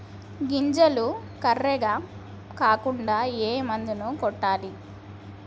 గింజలు కర్రెగ కాకుండా ఏ మందును కొట్టాలి?